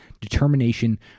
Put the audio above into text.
determination